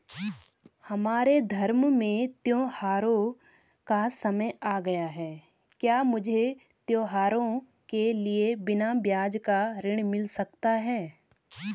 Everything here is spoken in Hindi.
हमारे धर्म में त्योंहारो का समय आ गया है क्या मुझे त्योहारों के लिए बिना ब्याज का ऋण मिल सकता है?